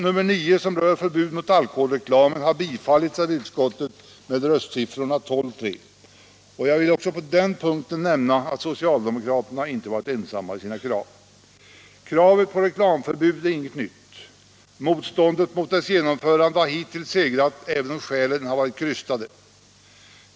Punkt 9, som rör förbud mot alkoholreklam, har bifallits av utskottet med röstsiffrorna 12 — 3, och jag vill också på den punkten nämna att socialdemokraterna inte varit ensamma i sina krav. Kravet på reklamförbud är inte nytt. Motståndet mot dess genomförande har hittills segrat, även om skälen har varit krystade.